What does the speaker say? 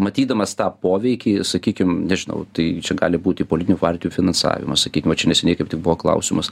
matydamas tą poveikį sakykim nežinau tai čia gali būti politinių partijų finansavimas sakykim va čia neseniai kaip tik buvo klausimas